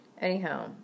anyhow